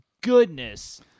goodness